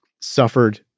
suffered